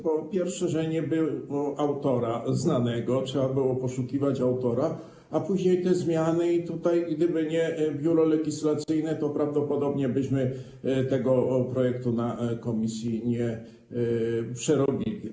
Po pierwsze, nie było autora znanego, trzeba było poszukiwać autora, a później te zmiany, i gdyby nie Biuro Legislacyjne, to prawdopodobnie byśmy tego projektu w komisji nie przerobili.